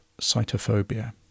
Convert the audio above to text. cytophobia